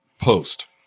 post